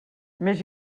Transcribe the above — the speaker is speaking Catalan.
més